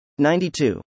92